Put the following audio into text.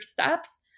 steps